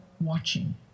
watching